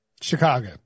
Chicago